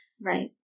Right